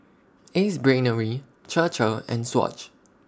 Ace Brainery Chir Chir and Swatch